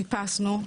חיפשנו,